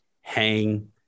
hang